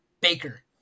Baker